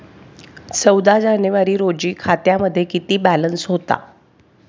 चौदा जानेवारी रोजी खात्यामध्ये किती बॅलन्स होता?